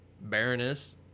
baroness